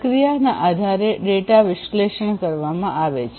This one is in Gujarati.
પ્રક્રિયાના આધારે ડેટા વિશ્લેષણ કરવામાં આવે છે